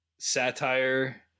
Satire